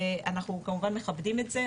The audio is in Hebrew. ואנחנו כמובן מכבדים את זה,